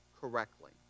correctly